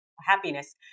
happiness